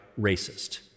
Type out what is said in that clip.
racist